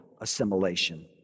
assimilation